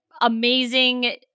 amazing